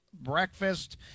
Breakfast